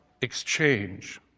Exchange